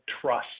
trust